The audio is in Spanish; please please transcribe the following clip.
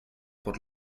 por